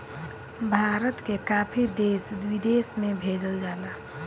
भारत के काफी देश विदेश में भेजल जाला